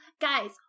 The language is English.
guys